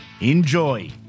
Enjoy